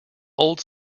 old